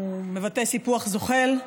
הוא מבטא סיפוח זוחל.